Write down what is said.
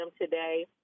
today